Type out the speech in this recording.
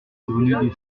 revenu